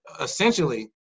essentially